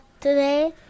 Today